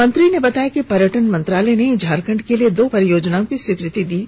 मंत्री ने बताया कि पर्यटन मंत्रालय ने झारखंड के लिए दो परियोजनाओं की स्वीकृति प्रदान की है